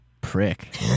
prick